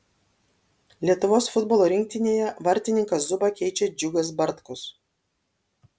lietuvos futbolo rinktinėje vartininką zubą keičia džiugas bartkus